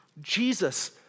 Jesus